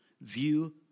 view